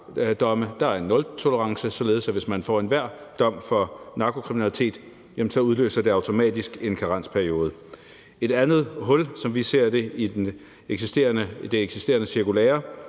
Der er nultolerance, således at enhver dom for narkokriminalitet automatisk udløser en karensperiode. Et andet hul, som vi ser i det eksisterende cirkulære,